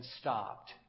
stopped